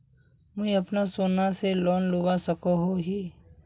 मुई अपना सोना से लोन लुबा सकोहो ही?